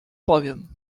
powiem